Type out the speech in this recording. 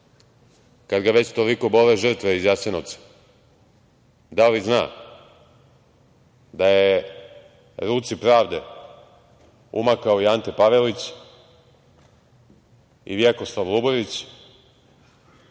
kad ga već tek toliko bole žrtve iz Jasenovca, da li zna da je ruci pravde umakao i Ante Pavelić i Vjekoslav Luburić?